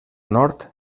nord